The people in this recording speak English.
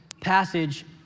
passage